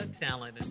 talent